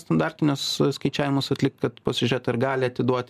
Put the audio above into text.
standartinius skaičiavimus atlikt kad pasižiūrėt ar gali atiduot